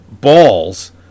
balls